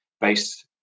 based